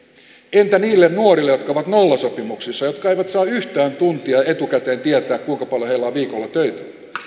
entä niille nuorille jotka ovat nollasopimuksissa jotka eivät saa yhtään tuntia etukäteen tietää kuinka paljon heillä on viikolla töitä